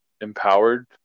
empowered